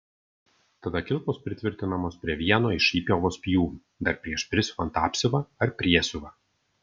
tada kilpos pritvirtinamos prie vieno iš įpjovos pjūvių dar prieš prisiuvant apsiuvą ar priesiuvą